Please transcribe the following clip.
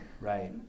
right